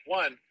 one